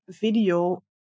video